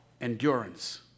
endurance